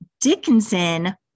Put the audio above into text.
Dickinson